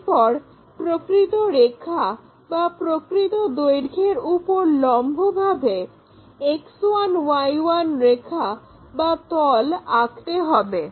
এরপর প্রকৃত রেখা বা প্রকৃত দৈর্ঘ্যের উপর লম্বভাবে X1Y1 রেখা বা তল আঁকতে হবে